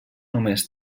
només